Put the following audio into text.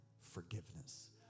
forgiveness